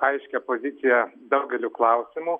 aiškią poziciją daugeliu klausimų